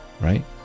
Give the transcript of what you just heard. right